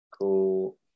cool